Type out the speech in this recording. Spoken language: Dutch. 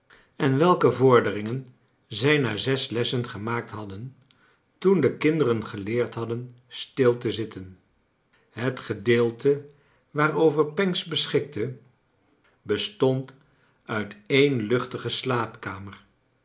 en welke vorderingen zij na zes lessen gemaakt hadden toen de kinderen geleerd hadden stil te zitten het gedeelte waarover pancks beschikte bestond uit een luchtige slaapkamer